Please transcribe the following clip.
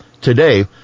Today